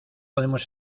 podemos